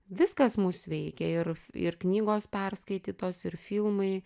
viskas mus veikia ir ir knygos perskaitytos ir filmai